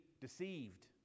deceived